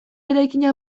eraikina